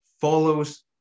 follows